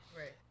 Right